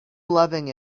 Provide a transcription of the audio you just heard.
loving